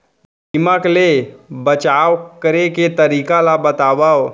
दीमक ले बचाव करे के तरीका ला बतावव?